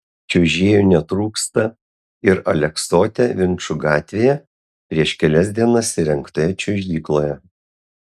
čiuožėjų netrūksta ir aleksote vinčų gatvėje prieš kelias dienas įrengtoje čiuožykloje